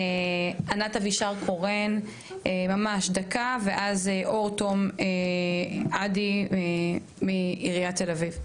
אז ענת אבישר קורן ואחריה אור תום אדי מעיריית תל אביב.